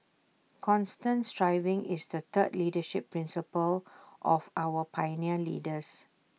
constant striving is the third leadership principle of our pioneer leaders